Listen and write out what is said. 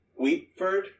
Weepford